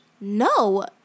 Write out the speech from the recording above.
no